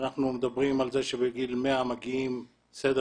אנחנו מדברים על זה שלגיל 100 מגיעים סדר